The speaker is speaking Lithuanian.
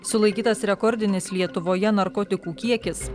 sulaikytas rekordinis lietuvoje narkotikų kiekis